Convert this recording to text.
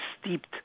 steeped